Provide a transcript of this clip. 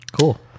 cool